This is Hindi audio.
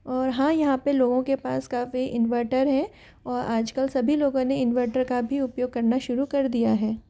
और हाँ यहाँ पे लोगों के पास काफ़ी इनवर्टर है और आजकल सभी लोगों ने इनवर्टर का भी उपयोग करना शुरू कर दिया है